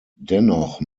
dennoch